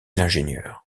l’ingénieur